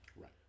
Right